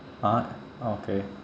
!huh! okay